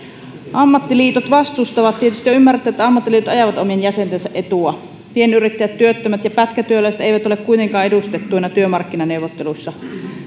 vastustavat tietysti on ymmärrettävää että ammattiliitot ajavat omien jäsentensä etua pienyrittäjät työttömät ja pätkätyöläiset eivät ole kuitenkaan edustettuina työmarkkinaneuvotteluissa